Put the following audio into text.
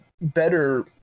better